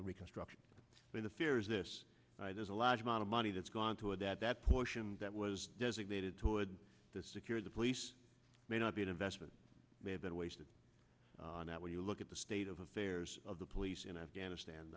the reconstruction but the fear is this there's a large amount of money that's gone into a that that portion that was designated toward the secure the police may not be an investment may have been wasted and that when you look at the state of affairs of the police in afghanistan